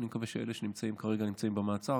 אני מקווה שאלה שנמצאים כרגע, נמצאים במעצר.